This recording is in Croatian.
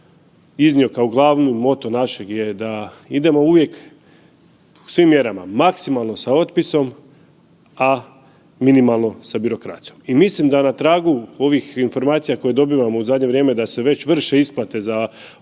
iznio kao glavnu moto našeg je da idemo uvijek u svim mjerama maksimalno sa otpisom, a minimalno sa birokracijom. I mislim da na tragu ovih informacija koje dobivamo u zadnje vrijeme da se već vrše isplate za ovu